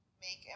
make